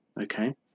Okay